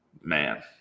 man